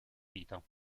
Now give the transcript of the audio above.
vita